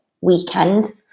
weekend